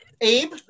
abe